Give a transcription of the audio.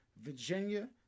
Virginia